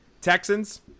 Texans